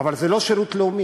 אבל זה לא שירות לאומי.